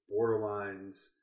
borderlines